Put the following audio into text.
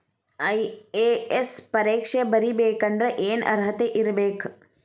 IAS ಪರೇಕ್ಷೆ ಬರಿಬೆಕಂದ್ರ ಏನ್ ಅರ್ಹತೆ ಇರ್ಬೇಕ?